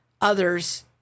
others